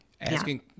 asking